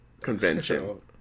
convention